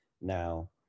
now